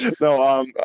No